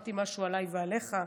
ואמרתי משהו עליי ועליך,